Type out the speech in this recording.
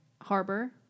Harbor